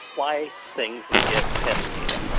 fly things and get test data,